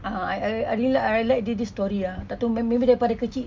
uh I I really I really like this story ah tak tahu maybe daripada kecil